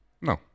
No